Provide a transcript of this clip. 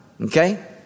okay